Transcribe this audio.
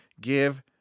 give